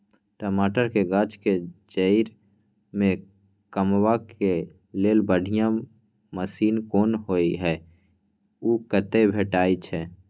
टमाटर के गाछ के जईर में कमबा के लेल बढ़िया मसीन कोन होय है उ कतय भेटय छै?